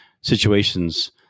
situations